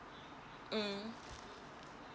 mm